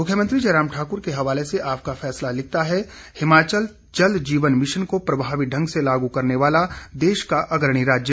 मुख्यमंत्री जयराम ठाक्र के हवाले से आपका फैसला लिखता है हिमाचल जल जीवन मिशन को प्रभावी ढंग से लागू करने वाला देश का अग्रणी राज्य